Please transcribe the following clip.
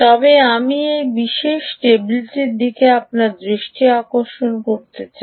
তবে আমি এই বিশেষ টেবিলটির দিকে আপনার দৃষ্টি আকর্ষণ করতে চাই